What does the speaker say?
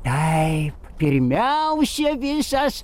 taip pirmiausia visas